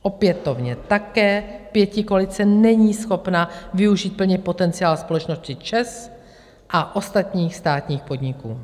Opětovně také pětikoalice není schopna využít plně potenciál společnosti ČEZ a ostatních státních podniků.